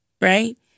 right